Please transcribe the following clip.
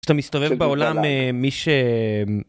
אתה מסתובב בעולם מי ש....